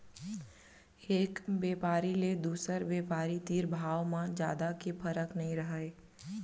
एक बेपारी ले दुसर बेपारी तीर भाव म जादा के फरक नइ रहय